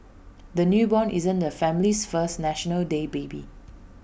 the newborn isn't the family's first National Day baby